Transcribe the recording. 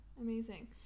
amazing